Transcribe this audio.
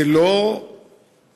זה לא נורמלי,